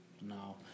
No